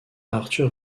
arthur